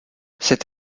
cette